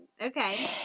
Okay